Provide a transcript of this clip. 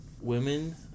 women